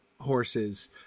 horses